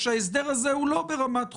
ההסדר הזה הוא לא ברמת חוק-יסוד.